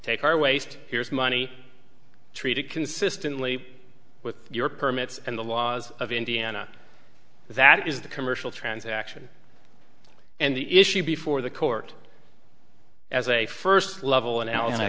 take our waste here's money treat it consistently with your permits and the laws of indiana that is the commercial transaction and the issue before the court as a first level and